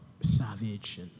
Savage